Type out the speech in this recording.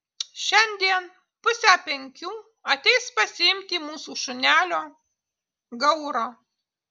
šiandien pusę penkių ateis pasiimti mūsų šunelio gauro